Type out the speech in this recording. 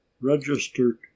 Registered